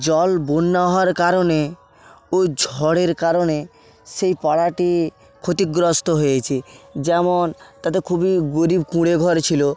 জল বন্যা হওয়ার কারণে ও ঝড়ের কারণে সেই পাড়াটি ক্ষতিগ্রস্ত হয়েছে যেমন তাতে খুবই গরিব কুঁড়ে ঘর ছিল